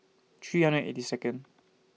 three hundred and eighty Second